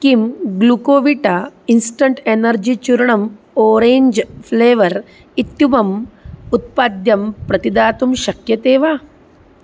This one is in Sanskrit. किं ग्लुकोविटा इन्स्टण्ट् एनर्जि चूर्णम् ओरेञ्ज् फ्लेवर् इत्यमुम् उत्पाद्यं प्रतिदातुं शक्यते वा